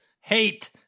hate